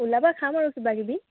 ওলাবা খাম আৰু কিবা কিবি